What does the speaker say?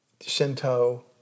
Shinto